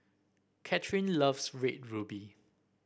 Kathyrn loves Red Ruby